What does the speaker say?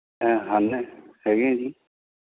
ਹੈਗੇ ਹੈ ਜੀ